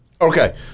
Okay